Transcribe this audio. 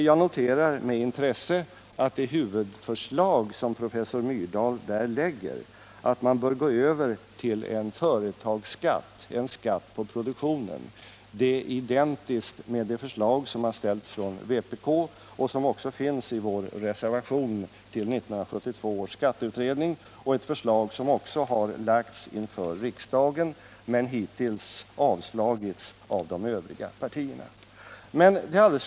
Jag noterar med intresse att Gunnar Myrdals huvudförslag att gå över till en företagsskatt, dvs. en skatt på produktionen, är identiskt med det förslag som har lagts av vpk och som också redovisas i vår reservation till 1972 års skatteutredning. Det är ett förslag som också har lagts här i riksdagen men som hittills har avslagits av de övriga partierna.